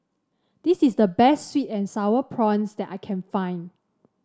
this is the best sweet and sour prawns that I can find